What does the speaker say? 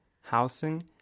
housing